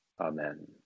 Amen